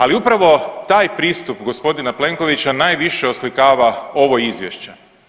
Ali upravo taj pristup g. Plenkovića najviše oslikava ovo izvješće.